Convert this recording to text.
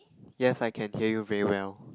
yes I can hear you very well